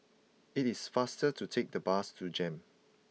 it is faster to take the bus to Jem